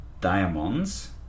Diamonds